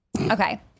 okay